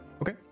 Okay